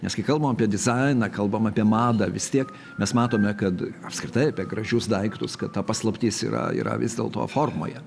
nes kai kalbam apie dizainą kalbam apie madą vis tiek mes matome kad apskritai apie gražius daiktus kad ta paslaptis yra yra vis dėlto formoje